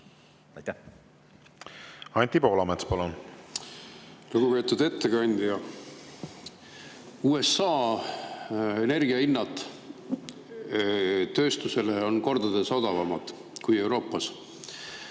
Anti Poolamets, palun! Lugupeetud ettekandja! USA energiahinnad tööstusele on kordades odavamad kui Euroopas.